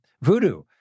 Voodoo